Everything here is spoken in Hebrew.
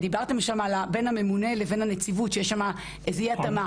דיברתם שם על זה שיש שם איזו אי התאמה